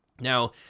Now